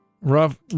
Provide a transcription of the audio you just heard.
rough